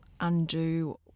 undo